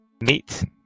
Meet